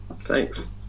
Thanks